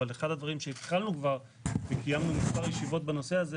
אבל אחד הדברים שהתחלנו כבר וקיימנו כמה ישיבות בנושא הזה